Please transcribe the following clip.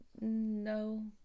No